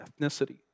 ethnicity